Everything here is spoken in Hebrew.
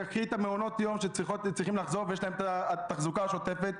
קחי את מעונות היום שצריכים לחזור ויש להם את התחזוקה השוטפת,